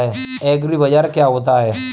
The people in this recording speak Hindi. एग्रीबाजार क्या होता है?